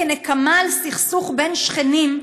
כנקמה בסכסוך בין שכנים,